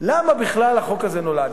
למה בכלל החוק הזה נולד,